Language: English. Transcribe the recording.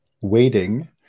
waiting